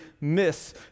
miss